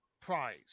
Prize